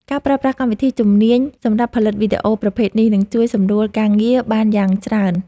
ការប្រើប្រាស់កម្មវិធីជំនាញសម្រាប់ផលិតវីដេអូប្រភេទនេះនឹងជួយសម្រួលការងារបានយ៉ាងច្រើន។